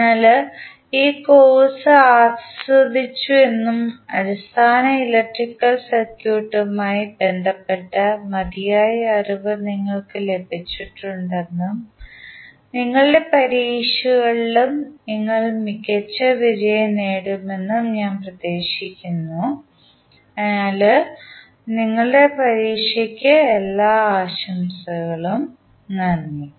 അതിനാൽ നിങ്ങൾ ഈ കോഴ്സ് ആസ്വദിച്ചുവെന്നും അടിസ്ഥാന ഇലക്ട്രിക്കൽ സർക്യൂട്ടുമായി ബന്ധപ്പെട്ട മതിയായ അറിവ് നിങ്ങൾക്ക് ലഭിച്ചിട്ടുണ്ടെന്നും നിങ്ങളുടെ പരീക്ഷകളിലും നിങ്ങൾ മികച്ച വിജയം നേടുമെന്ന് ഞാൻ പ്രതീക്ഷിക്കുന്നു അതിനാൽ നിങ്ങളുടെ പരീക്ഷയ്ക്ക് എല്ലാ ആശംസകളും നന്ദി